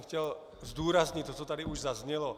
Chtěl jsem zdůraznit to, co tady už zaznělo.